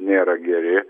nėra geri